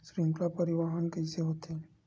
श्रृंखला परिवाहन कइसे होथे?